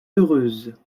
heureuse